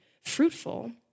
fruitful